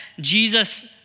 Jesus